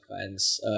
fans